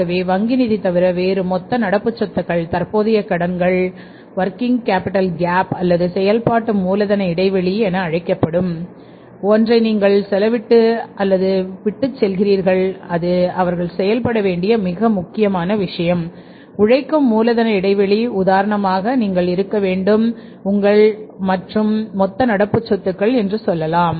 ஆகவே வங்கி நிதி தவிர வேறு மொத்த நடப்பு சொத்துக்கள் தற்போதைய கடன்கள் அல்லது செயல்பாட்டு மூலதன இடைவெளி என அழைக்கப்படும் ஒன்றை நீங்கள் விட்டுச்செல்கிறீர்கள் இது அவர்கள் செயல்பட வேண்டிய மிக முக்கியமான விஷயம் உழைக்கும் மூலதன இடைவெளி உதாரணமாக நீங்கள் இருக்க வேண்டும் உங்கள் மற்றும் மொத்த நடப்பு சொத்து என்று சொல்லலாம்